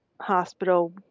hospital